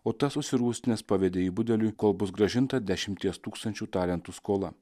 o tas užsirūstinęs pavedė jį budeliui kol bus grąžinta dešimties tūkstančių talentų skola